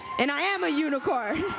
and i am a unicorn.